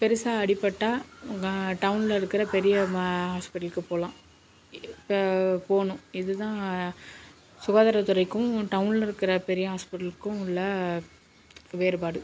பெரிசா அடிபட்டால் க டவுனில் இருக்கிற பெரிய ம ஹாஸ்பிட்டலுக்கு போகலாம் இப்போ போகணும் இதுதான் சுகாதாரத் துறைக்கும் டவுனில் இருக்கிற பெரிய ஹாஸ்பிட்டலுக்கும் உள்ள வேறுபாடு